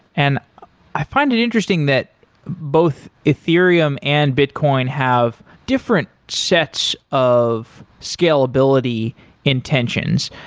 and i find it interesting that both ethereum and bitcoin have different sets of scalability intentions.